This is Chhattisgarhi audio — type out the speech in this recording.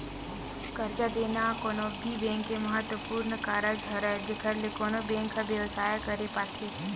करजा देना कोनो भी बेंक के महत्वपूर्न कारज हरय जेखर ले कोनो बेंक ह बेवसाय करे पाथे